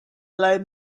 lower